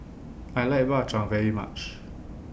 I like Bak Chang very much